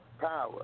power